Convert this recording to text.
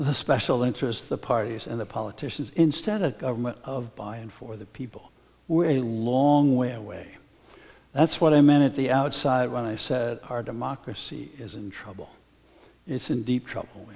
the special interest the parties and the politicians instead of government of by and for the people we're a long way away that's what i meant at the outside when i said our democracy is in trouble it's in deep trouble